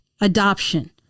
adoption